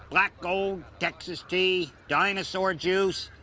black gold, texas tea, dinosaur juice,